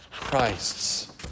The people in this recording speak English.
Christ's